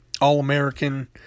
all-American